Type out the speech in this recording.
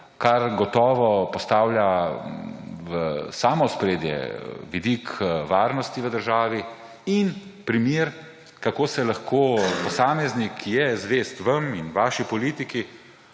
kar gotovo postavlja v samo ospredje vidik varnosti v državi. Primer, kako lahko posameznik, ki je zvest vam in vaši politiki,